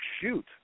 shoot